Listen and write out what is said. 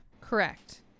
Correct